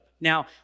Now